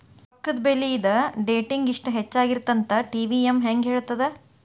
ರೊಕ್ಕದ ಬೆಲಿ ಇದ ಡೇಟಿಂಗಿ ಇಷ್ಟ ಹೆಚ್ಚಾಗಿರತ್ತಂತ ಟಿ.ವಿ.ಎಂ ಹೆಂಗ ಹೇಳ್ತದ